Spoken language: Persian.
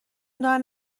دارن